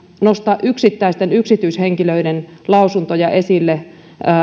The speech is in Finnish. nostaa yksittäisten yksityishenkilöiden lausuntoja esille